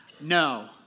No